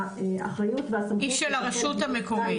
האחריות והסמכות --- היא של הרשות המקומית.